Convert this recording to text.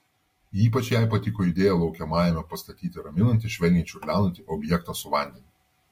ypač jai patiko idėja laukiamajame pastatyti raminantį švelniai čiurlenantį objektą su vandeniu